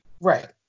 Right